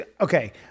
okay